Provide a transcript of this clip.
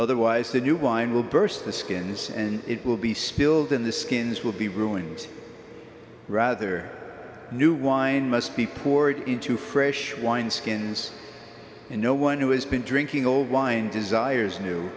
otherwise the new wine will burst the skins and it will be spilled in the skins will be ruined rather new wine must be poured into fresh wine skins and no one who has been drinking old wine desires new